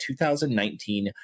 2019